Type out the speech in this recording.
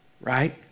Right